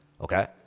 Okay